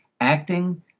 acting